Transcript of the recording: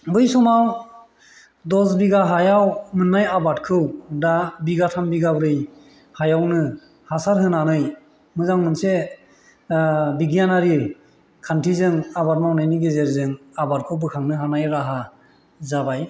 बै समाव दस बिगा हायाव मोननाय आबादखौ दा बिगाथाम बिगाब्रै हायावनो हासार होनानै मोजां मोनसे बिगियानारि खान्थिजों आबाद मावनायनि गेजेरजों आबादखौ बोखांनो हानाय राहा जाबाय